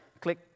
click